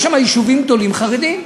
יש שם יישובים גדולים חרדיים: